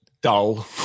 dull